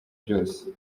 byose